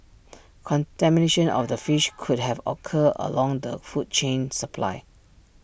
contamination of the fish could have occurred along the food chain supply